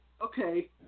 Okay